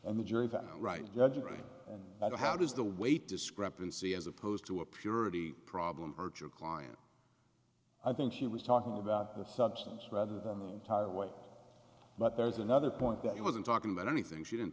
and the jury right judge agreed but how does the weight discrepancy as opposed to a purity problem urge your client i think she was talking about the substance rather than the entire way but there's another point that he wasn't talking about anything she didn't